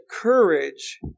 courage